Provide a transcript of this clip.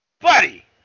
Buddy